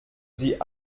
sie